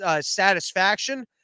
satisfaction